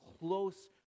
close